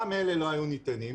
גם אלה לא היו ניתנים.